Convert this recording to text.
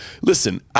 listen